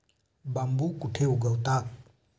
बांबू कुठे उगवतात?